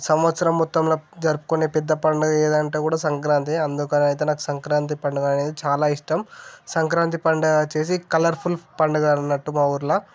సంవత్సరం మొత్తంలో జరుపుకునే పెద్ద పండుగ ఏది అంటే కూడా సంక్రాంతి అందుకని నాకు సంక్రాంతి పండుగ చాలా ఇష్టం సంక్రాంతి పండుగ వచ్చి కలర్ఫుల్ పండుగ అన్నట్టు మా ఊరిలో